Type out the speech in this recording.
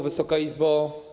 Wysoka Izbo!